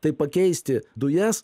tai pakeisti dujas